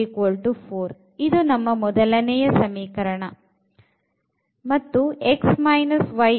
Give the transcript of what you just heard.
𝑥2𝑦 4 ಇದು ನಮ್ಮ ಮೊದಲನೆಯ ಸಮೀಕರಣ ಇದು x y1